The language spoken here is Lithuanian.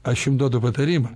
aš jum duodu patarimą